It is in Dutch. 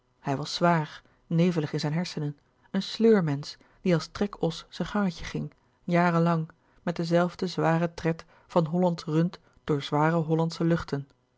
hij was zwaar nevelig in zijn hersenen een sleurmensch die als trek os zijn gangetje ging jaren lang met denzelfden zwaren tred van hollandsch rund door zware hollandsche luchten